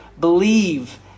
Believe